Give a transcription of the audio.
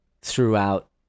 throughout